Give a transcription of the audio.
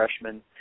freshman